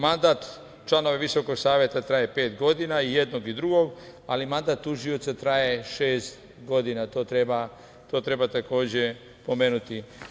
Mandat članova Visokog saveta traje pet godina i jednog i drugog, ali mandat tužioca traje šest godina i to treba takođe pomenuti.